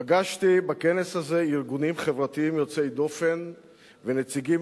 פגשתי בכנס הזה ארגונים חברתיים יוצאי דופן ונציגים